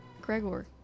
Gregor